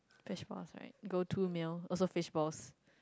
fishball right go two meal also fishballs